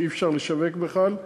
שאי-אפשר לשווק בכלל,